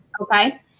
Okay